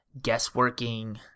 guessworking